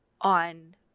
on